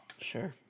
Sure